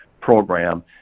program